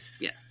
Yes